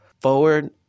forward